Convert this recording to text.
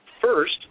first